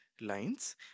Lines